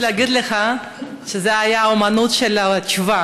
אני חייבת להגיד לך שזו הייתה אמנות של תשובה,